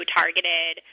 targeted